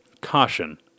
caution